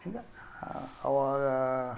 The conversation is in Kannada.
ಈಗ ಆವಾಗ